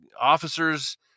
Officers